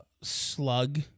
Slug